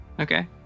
Okay